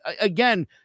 again